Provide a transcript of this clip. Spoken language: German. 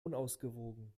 unausgewogen